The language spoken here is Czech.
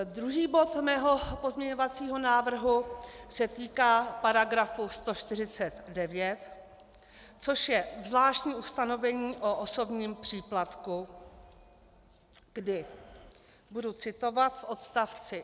Druhý bod mého pozměňovacího návrhu se týká § 149, což je zvláštní ustanovení o osobním příplatku, kdy budu citovat v odst.